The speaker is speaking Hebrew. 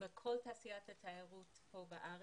בכל תעשיית התיירות כאן בארץ.